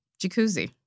jacuzzi